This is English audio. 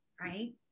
right